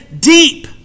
deep